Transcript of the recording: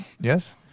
Yes